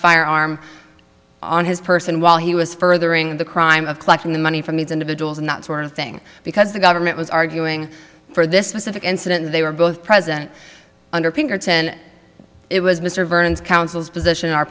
firearm on his person while he was furthering the crime of collecting the money from these individuals and that sort of thing because the government was arguing for this specific incident and they were both present under pinkerton and it was mr vernon's counsel's